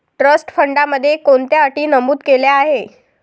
Trust फंडामध्ये कोणत्या अटी नमूद केल्या आहेत?